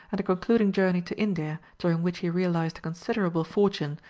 and a concluding journey to india, during which he realized a considerable fortune,